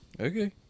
Okay